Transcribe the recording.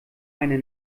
eine